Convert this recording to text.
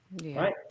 Right